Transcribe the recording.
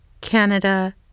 Canada